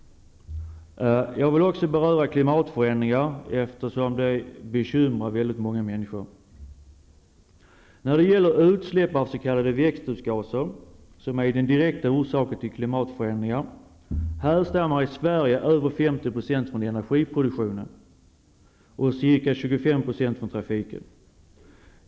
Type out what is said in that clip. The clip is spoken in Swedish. Jag vill också beröra klimatförändringar, eftersom det bekymrar så många människor. När det gäller utsläpp av s.k. växthusgaser, som är den direkta orsaken till klimatförändringar, härstammar i Sverige över 50 % från energiproduktion och ca 25 % från trafiken.